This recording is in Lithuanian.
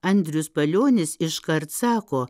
andrius palionis iškart sako